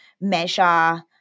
measure